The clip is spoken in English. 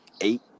Eight